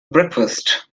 breakfast